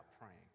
praying